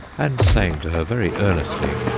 and saying to her very earnestly,